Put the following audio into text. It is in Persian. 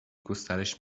گسترش